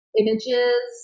images